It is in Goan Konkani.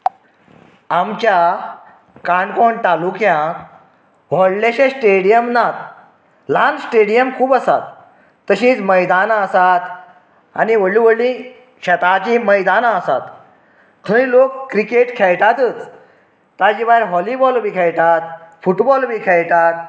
आमच्या काणकोण तालुक्यांत व्हडलेशें स्टेडियम नात ल्हान स्टेडियम खूब आसात तशींच मैदाना आसात आनी व्हडलीं व्हडलीं शेताची मैदानां आसात थंय लोक क्रिकेट खेळटातच ताजे भायर वॉलिबॉल बी खेळटात फुटबॉल बी खेळटात